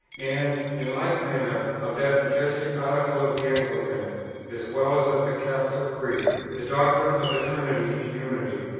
and, in like manner, of that majestic article of the anglican as well as of the catholic creed the doctrine of the trinity in unity.